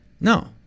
No